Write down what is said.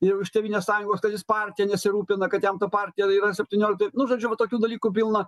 jau iš tėvynės sąjungos kad jis partija nesirūpina kad jam ta partija yra septynioliktoj nu žodžiu va tokių dalykų pilna